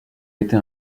été